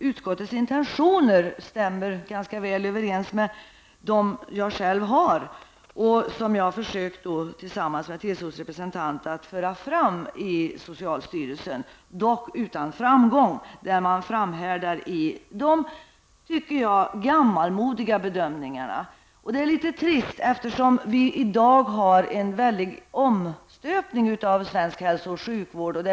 Utskottets intentioner stämmer ganska väl överens med de jag själv har och som jag har försökt att tillsammans med TCOs representant föra fram i socialstyrelsen, dock utan framgång. Man framhärdar i de gammalmodiga bedömningarna. Det är litet trist, eftersom vi i dag har en väldig omstöpning av svensk hälso och sjukvård.